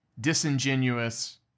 disingenuous